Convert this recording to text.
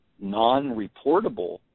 non-reportable